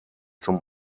zum